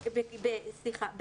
סליחה,